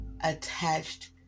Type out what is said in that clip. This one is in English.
attached